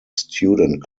student